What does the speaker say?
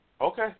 Okay